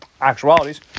actualities